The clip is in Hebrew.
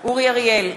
אורי אריאל,